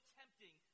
tempting